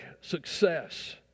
success